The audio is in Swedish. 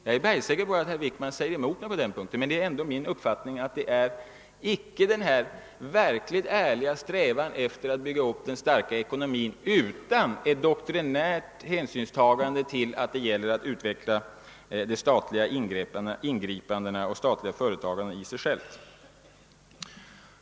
Jag är säker på att herr Wickman säger emot mig.på den punkten, men jag har ändå den uppfattningen att det icke här är fråga om någon verkligt ärlig strävan att bygga upp en stark ekonomi, utan en doktrinär önskan att utveckla statliga ingripanden och statligt företagande i sig självt.